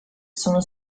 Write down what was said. sono